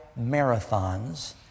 marathons